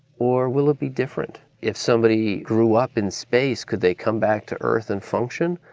or will it be different? if somebody grew up in space, could they come back to earth and function,